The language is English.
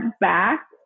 back